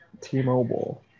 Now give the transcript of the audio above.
T-Mobile